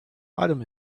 autumn